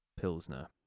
Pilsner